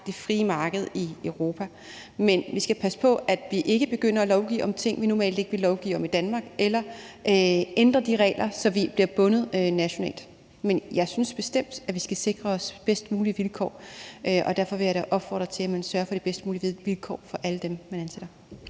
det frie marked i Europa. Men vi skal passe på, at vi ikke begynder at lovgive om ting, vi normalt ikke ville lovgive om i Danmark, eller at ændre de regler, så vi bliver bundet nationalt. Men jeg synes bestemt, at vi skal sikre os bedst mulige vilkår, og derfor vil jeg da opfordre til, at man sørger for de bedst mulige vilkår for alle dem, man ansætter.